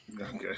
Okay